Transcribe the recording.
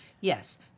Yes